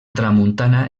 tramuntana